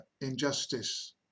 injustice